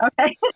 okay